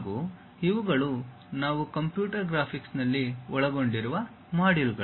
ಹಾಗೂ ಇವುಗಳು ನಾವು ಕಂಪ್ಯೂಟರ್ ಗ್ರಾಫಿಕ್ಸ್ನಲ್ಲಿ ಒಳಗೊಂಡಿರುವ ಮಾಡ್ಯೂಲ್ಗಳು